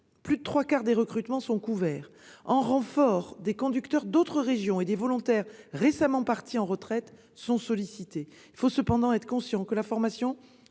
plus des trois quarts des recrutements sont couverts. En renfort, des conducteurs d'autres régions et des volontaires récemment partis à la retraite sont sollicités. Néanmoins, il faut être conscient que, la formation